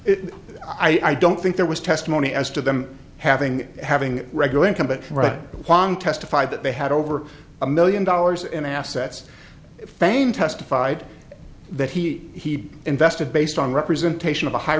into it i don't think there was testimony as to them having having regular income but right along testified that they had over a million dollars in assets fane testified that he invested based on representation of a high